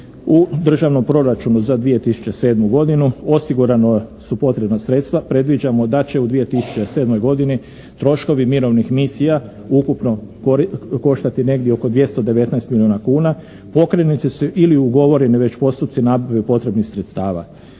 U državnom proračunu za 2007. godinu osigurano su potrebna sredstva, predviđamo da će u 2007. godini troškovi mirovnih misija ukupno koštati negdje oko 219 milijuna kuna, pokrenuti su ili ugovoreni već postupci nabave potrebnih sredstava.